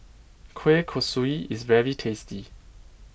Kueh Kosui is very tasty